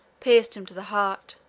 pierced him to the heart.